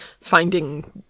finding